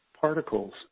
particles